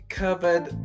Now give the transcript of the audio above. covered